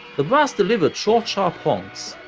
the brass delivered short sharp honks,